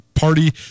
party